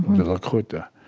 the lakota.